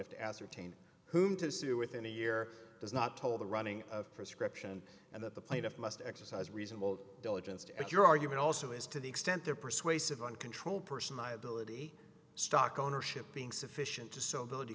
to ascertain whom to sue within a year does not toll the running of prescription and that the plaintiff must exercise reasonable diligence to it your argument also is to the extent there persuasive on control person liability stock ownership being sufficient to so th